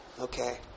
Okay